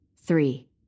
Three